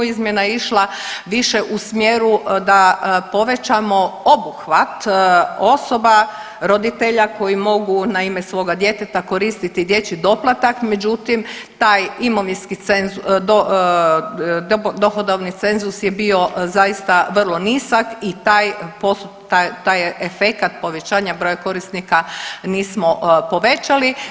Izmjena je išla više u smjeru da povećamo obuhvat osoba roditelja koji mogu na ime svoga djeteta koristiti dječji doplatak međutim taj imovinski cenzus, dohodovni cenzus je bio zaista vrlo nizak i taj efekat povećanja broja korisnika nismo povećali.